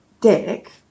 dick